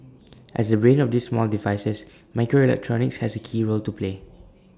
as the brain of these small devices microelectronics has A key role to play